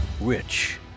Rich